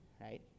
right